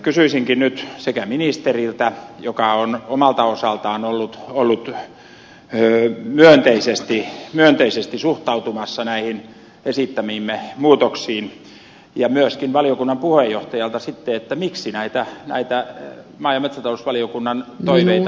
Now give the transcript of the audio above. kysyisin nyt sekä ministeriltä joka on omalta osaltaan ollut myönteisesti suhtautumassa näihin esittämiimme muutoksiin ja myöskin valiokunnan puheenjohtajalta sitten miksi näitä maa ja metsätalousvaliokunnan toiveita ei otettu huomioon